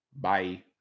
Bye